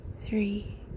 three